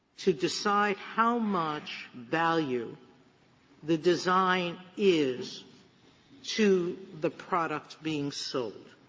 to decide how much value the design is to the product being sold.